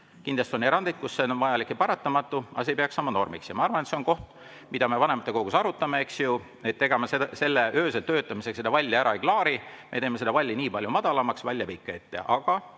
Kindlasti on erandeid, kui see on vajalik ja paratamatu, aga see ei peaks saama normiks. Ja ma arvan, et see on koht, mida me vanematekogus arutame, eks ju. Ega me selle öösel töötamisega seda valli ära ei klaari. Me teeme selle valli nii palju madalamaks, aga vall jääb ikka ette.